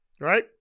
Right